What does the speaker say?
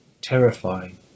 terrifying